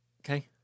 okay